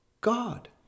God